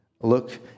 Look